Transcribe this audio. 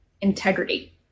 integrity